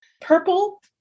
Purple